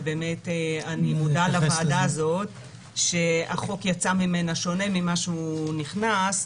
ואני מודה לוועדה הזאת שהחוק יצא ממנה שונה ממה שהוא נכנס.